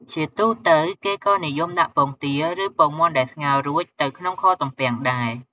ជាទូទៅ គេក៏និយមដាក់ពងទា ឬ ពងមាន់ដែលស្ងោររួចទៅក្នុងខទំពាំងដែរ។